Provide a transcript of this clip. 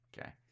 Okay